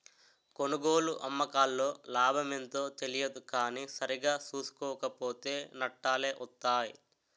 కొనుగోలు, అమ్మకాల్లో లాభమెంతో తెలియదు కానీ సరిగా సూసుకోక పోతో నట్టాలే వొత్తయ్